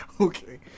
Okay